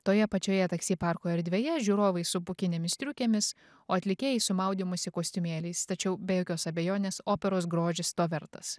toje pačioje taksi parko erdvėje žiūrovai su pūkinėmis striukėmis o atlikėjai su maudymosi kostiumėliais tačiau be jokios abejonės operos grožis to vertas